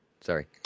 Sorry